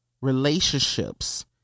relationships